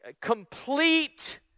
complete